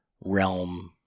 realm